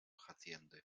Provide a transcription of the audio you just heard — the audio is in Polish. hacjendy